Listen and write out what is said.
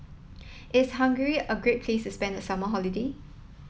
is Hungary a great place to spend the summer holiday